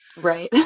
right